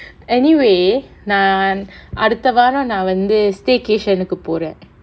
anyway நான் அடுத்த வாரம் நா வந்து:naan adutha vaaram naa vanthu staycation னுக்கு போறேன்:nukku poraen